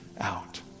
out